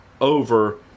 over